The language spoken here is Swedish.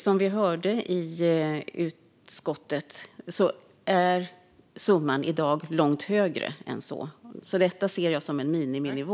Som vi hörde i utskottet är summan långt högre än så. Detta ser jag alltså som en miniminivå.